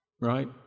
right